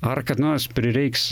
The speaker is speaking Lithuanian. ar kad nors prireiks